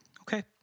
Okay